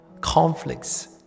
conflicts